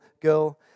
girl